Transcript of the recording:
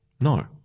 no